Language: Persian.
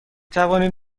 توانید